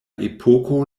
epoko